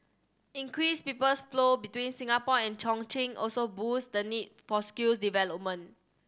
increased peoples flow between Singapore and Chongqing also boost the need for skills development